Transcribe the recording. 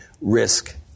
risk